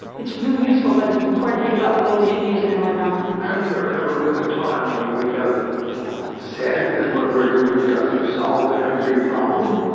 it's really useful, but it's important to think about when we should use it and when not. has there ever been a time when we have said that what we're doing doesn't solve every problem?